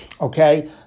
okay